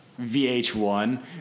VH1